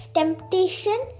temptation